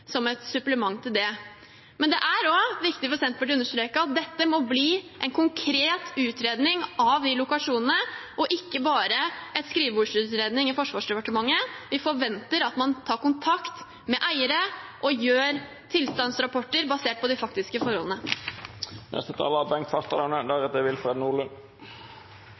som et supplement til det. Men det er også viktig for Senterpartiet å understreke at det må bli en konkret utredning av de lokasjonene, ikke bare en skrivebordsutredning i Forsvarsdepartementet. Vi forventer at man tar kontakt med eiere og gjør tilstandsrapporter basert på de faktiske forholdene. Det er